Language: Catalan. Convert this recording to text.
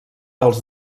als